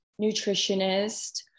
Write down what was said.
nutritionist